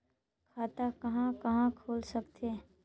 खाता कहा कहा खुल सकथे?